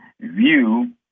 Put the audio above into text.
view